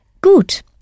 Gut